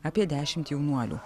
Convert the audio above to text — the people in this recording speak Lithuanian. apie dešimt jaunuolių